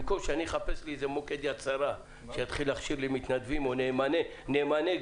במקום שאני אחפש לי איזה מוקד שיתחיל להכשיר לי מתנדבים או נאמני גז.